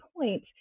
point